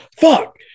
fuck